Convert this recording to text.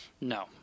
No